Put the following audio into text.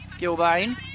Gilbane